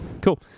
Cool